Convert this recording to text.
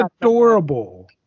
adorable